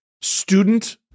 student